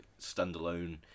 standalone